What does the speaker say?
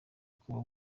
kuba